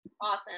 Awesome